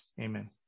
Amen